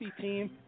team